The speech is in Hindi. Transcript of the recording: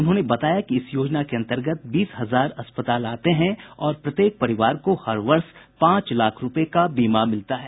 उन्होंने बताया कि इस योजना के अन्तर्गत बीस हजार अस्पताल आते हैं और प्रत्येक परिवार को हर वर्ष पांच लाख रूपये का बीमा मिलता है